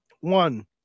One